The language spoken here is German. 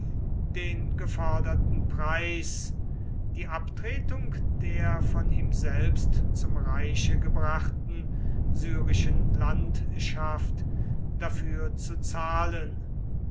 den geforderten preis die abtretung der von ihm selbst zum reiche gebrachten syrischen landschaft dafür zu zahlen